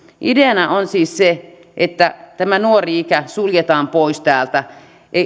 ideana on siis se että tämä nuori ikä suljetaan pois täältä